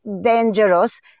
dangerous